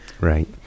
right